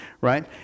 right